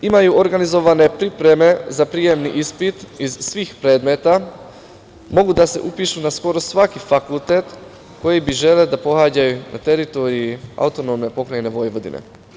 Imaju organizovane pripreme za prijemni ispit iz svih predmeta, mogu da se upišu na skoro svaki fakultet koji bi želeli da pohađaju na teritoriji AP Vojvodine.